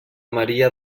maria